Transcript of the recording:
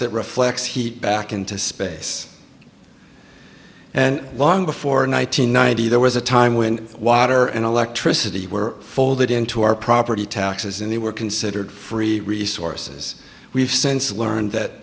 that reflects heat back into space and long before nine hundred ninety there was a time when water and electricity were folded into our property taxes and they were considered free resources we've since learned that